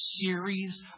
series